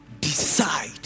decide